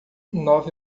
nove